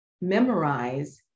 memorize